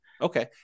Okay